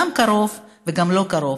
גם קרוב וגם לא קרוב,